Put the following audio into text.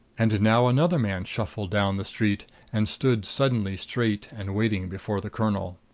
and now another man shuffled down the street and stood suddenly straight and waiting before the colonel.